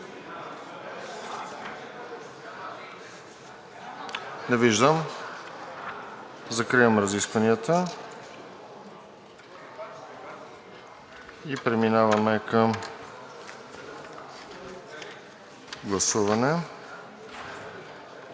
Не виждам. Закривам разискванията. Преминаваме към гласуване.